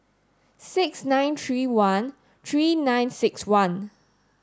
six nine three one three nine six one